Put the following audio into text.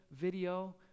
video